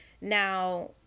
Now